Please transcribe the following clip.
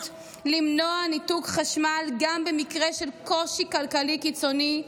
למנוע ניתוק חשמל גם במקרה של קושי כלכלי קיצוני,